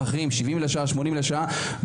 שכר של-70 ו-80 שקלים לשעה,